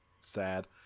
Sad